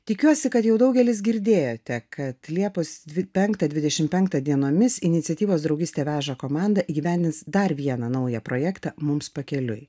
tikiuosi kad jau daugelis girdėjote kad liepos penktą dvidešimt penktą dienomis iniciatyvos draugystė veža komanda įgyvendins dar vieną naują projektą mums pakeliui